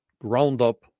ground-up